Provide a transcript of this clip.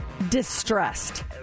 distressed